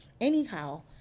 anyhow